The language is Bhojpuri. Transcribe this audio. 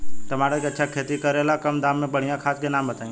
टमाटर के अच्छा खेती करेला कम दाम मे बढ़िया खाद के नाम बताई?